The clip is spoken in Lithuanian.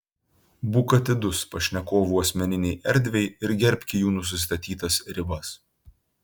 būk atidus pašnekovų asmeninei erdvei ir gerbki jų nusistatytas ribas